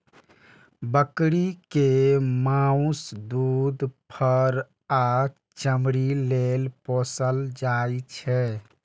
बकरी कें माउस, दूध, फर आ चमड़ी लेल पोसल जाइ छै